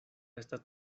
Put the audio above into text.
estas